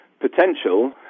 potential